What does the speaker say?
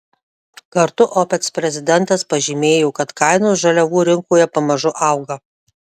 kartu opec prezidentas pažymėjo kad kainos žaliavų rinkoje pamažu auga